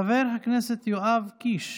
חבר הכנסת יואב קיש,